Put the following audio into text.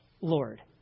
Lord